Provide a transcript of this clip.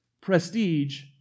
prestige